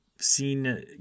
seen